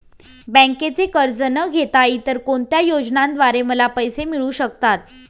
बँकेचे कर्ज न घेता इतर कोणत्या योजनांद्वारे मला पैसे मिळू शकतात?